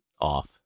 off